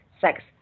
sex